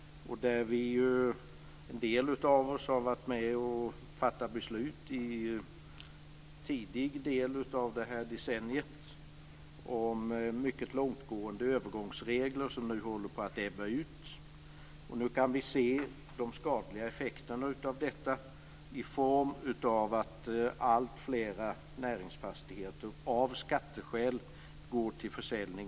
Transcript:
En del av oss har varit med om att fatta beslut i en tidig del av det här decenniet om mycket långtgående övergångsregler som nu håller på att ebba ut. Nu kan vi se de skadliga effekterna av detta i form av att alltfler näringsfastigheter av skatteskäl går till försäljning.